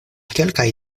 kelkaj